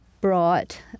brought